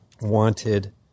wanted